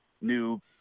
new